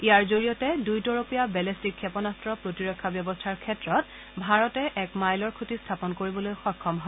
ইয়াৰ জৰিয়তে দুই তৰপীয়া বেলেট্ৰিক ক্ষেপণাস্ত্ৰ প্ৰতিৰক্ষা ব্যৱস্থাৰ ক্ষেত্ৰত ভাৰতে এক মাইলৰ খুঁটি স্থাপন কৰিবলৈ সক্ষম হয়